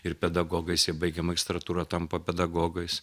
ir pedagogais jie magistratūrą tampa pedagogais